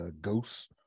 Ghosts